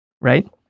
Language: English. right